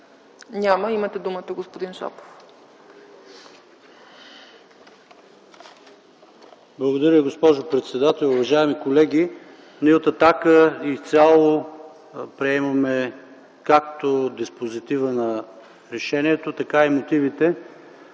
Няма. Имате думата, господин Шопов. ПАВЕЛ ШОПОВ (Атака): Благодаря, госпожо председател. Уважаеми колеги, ние от „Атака” изцяло приемаме както диспозитива на решението, така и мотивите.